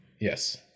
Yes